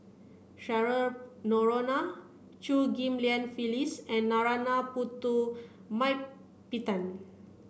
Cheryl Noronha Chew Ghim Lian Phyllis and Narana Putumaippittan